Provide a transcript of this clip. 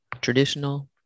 traditional